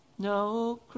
No